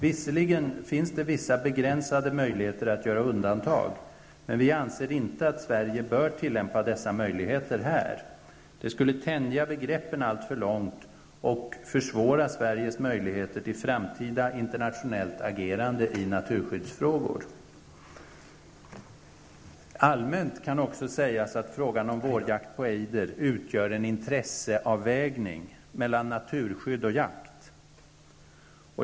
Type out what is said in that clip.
Visserligen finns vissa begränsade möjligheter att göra undantag, men vi anser inte att Sverige bör tillämpa dessa möjligheter här. Det skulle tänja begreppen alltför långt och försvåra Sveriges möjligheter till framtida internationellt agerande i naturskyddsfrågor. Allmänt kan också sägas att frågan om vårjakt på ejder utgör en intresseavvägning mellan naturskydd och jakt.